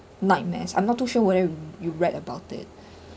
nightmares I'm not too sure whether you read about it